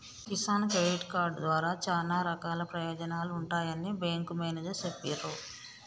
Kisan credit card ద్వారా చానా రకాల ప్రయోజనాలు ఉంటాయని బేంకు మేనేజరు చెప్పిన్రు